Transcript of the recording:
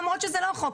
למרות שזה לא חוק.